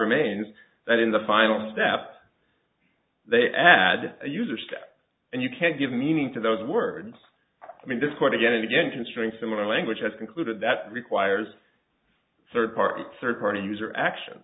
remains that in the final step they add you and you can't give meaning to those words i mean discord again and again constrain similar language has concluded that requires third party third party user action